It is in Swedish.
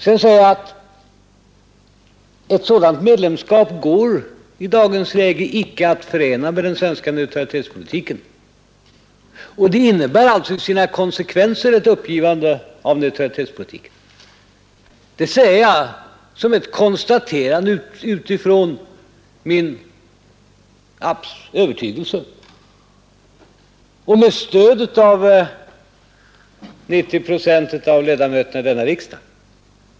Jag säger att ett sådant medlemskap i dagens läge icke går att förena med den svenska 7 neutralitetspolitiken och i sina konsekvenser innebär ett uppgivande av neutralitetspolitiken. Detta säger jag som ett konstaterande utifrån min övertygelse och med stöd av 90 procent av ledamöterna i denna riksdag.